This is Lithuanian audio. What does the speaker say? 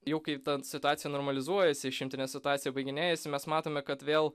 jau kaip ten situacija normalizuojasi išimtinė situacija baiginėjasi mes matome kad vėl